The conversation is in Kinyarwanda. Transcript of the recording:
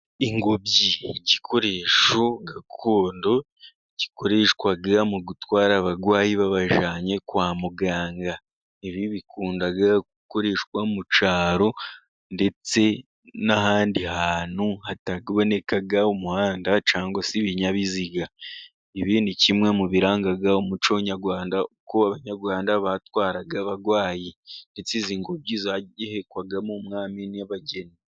Ingobyi, igikoresho gakondo gikoreshwa mu gutwara abarwayi babajyanye kwa muganga, Ibi bikunda gukoreshwa mu cyaro ndetse n'ahandi hantu hataboka umuhanda cyangwa se ibinyabiziga. Ibi ni kimwe mu biranga umuco nyarwanda, uko Abanyarwanda batwaraga abarwayi. Ndetse izi ngobyi zahekwagamo umwami n'abageni.